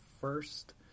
first